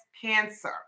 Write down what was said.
cancer